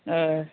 हय